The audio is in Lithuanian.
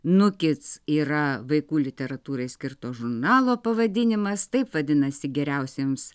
nukits yra vaikų literatūrai skirto žurnalo pavadinimas taip vadinasi geriausiems